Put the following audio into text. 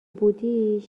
بودی